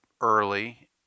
early